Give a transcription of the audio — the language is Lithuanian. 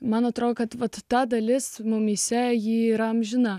man atrodo kad ta dalis mumyse ji yra amžina